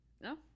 No